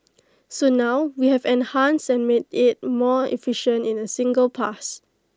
so now we have enhanced and made IT more efficient in A single pass